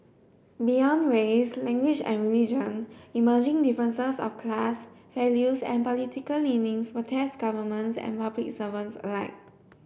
beyond race language and religion emerging differences of class values and political leanings will test governments and public servants alike